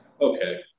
Okay